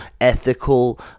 ethical